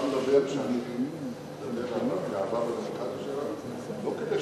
אתה אומר שאני מדבר על הגאווה בדמוקרטיה שלנו,